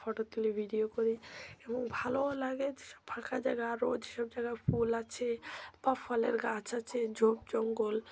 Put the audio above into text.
photo তুলি video করি এবং ভালোও লাগে যেসব ফাঁকা জায়গা আরও যেসব জায়গায় ফুল আছে বা ফলের গাছ আছে ঝোপ জঙ্গল